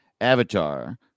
Avatar